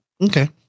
Okay